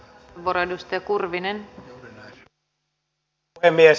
arvoisa rouva puhemies